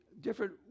different